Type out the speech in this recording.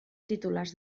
titulars